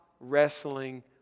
wrestling